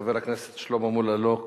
חבר הכנסת שלמה מולה, לא נמצא.